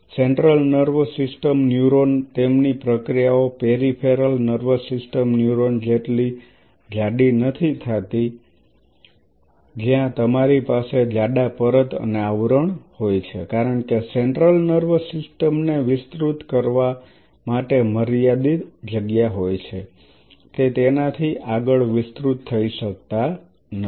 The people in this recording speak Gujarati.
સેન્ટ્રલ નર્વસ સિસ્ટમ ન્યુરોન તેમની પ્રક્રિયાઓ પેરિફેરલ નર્વસ સિસ્ટમ ન્યુરોન જેટલી જાડી થતી નથી જ્યાં તમારી પાસે જાડા પરત અને આવરણ હોય છે કારણ કે સેન્ટ્રલ નર્વસ સિસ્ટમ ને વિસ્તૃત કરવા માટે મર્યાદિત જગ્યા હોય છે તે તેનાથી આગળ વિસ્તૃત થઇ શકતા નથી